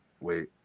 Wait